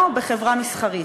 או בחברה מסחרית.